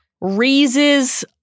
raises